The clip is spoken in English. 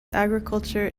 agriculture